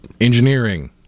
Engineering